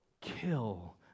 kill